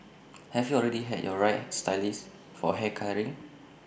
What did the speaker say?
have you already had your right stylist for hair colouring